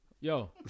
Yo